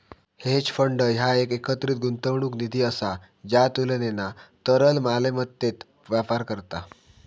hedge fund ह्या एक एकत्रित गुंतवणूक निधी असा ज्या तुलनेना तरल मालमत्तेत व्यापार करता